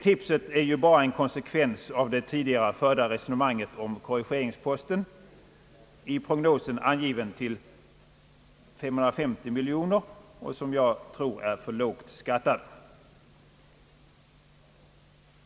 Tipset är bara en konsekvens av det tidigare förda resonemanget om att korrigeringsposten — i prognosen angiven till 550 miljoner kronor — är för lågt skattad.